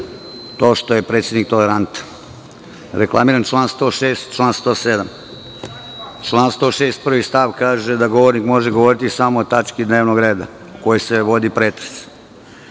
to što je predsednik tolerantan. Reklamiram član 106. i član 107.Član 106. stav 1. kaže da govornik može govoriti samo o tački dnevnog reda o kojoj se vodi pretres.